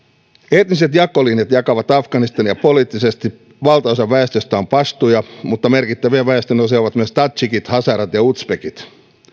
etniset jakolinjat jakavat afganistania poliittisesti valtaosa väestöstä on pastuja mutta merkittäviä väestönosia ovat myös tadzhikit hazarat ja uzbekit